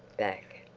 back.